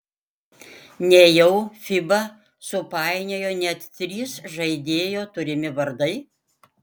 nejau fiba supainiojo net trys žaidėjo turimi vardai